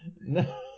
No